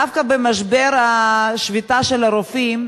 דווקא במשבר השביתה של הרופאים,